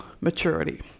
maturity